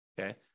Okay